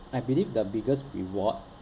I believe the biggest reward